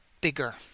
bigger